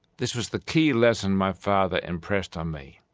this was the key lesson my father impressed on me.